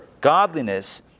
godliness